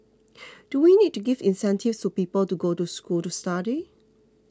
do we need to give incentives to people to go to school to study